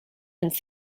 and